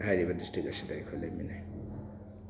ꯍꯥꯏꯔꯤꯕ ꯗꯤꯁꯇ꯭ꯔꯤꯛ ꯑꯁꯤꯗ ꯑꯩꯈꯣꯏ ꯂꯩꯃꯤꯟꯅꯩ